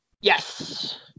Yes